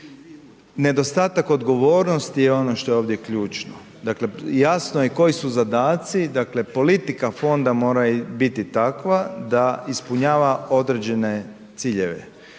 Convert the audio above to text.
nedostatak odgovornosti je ono što je ovdje ključno, dakle jasno je koji su zadaci, dakle politika fonda mora biti takva da ispunjava određene ciljeve,